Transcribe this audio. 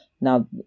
now